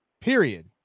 Period